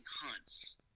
hunts